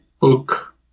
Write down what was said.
book